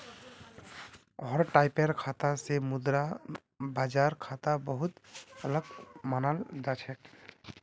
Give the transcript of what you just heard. हर टाइपेर खाता स मुद्रा बाजार खाता बहु त अलग मानाल जा छेक